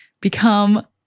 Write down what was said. become